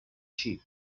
sheep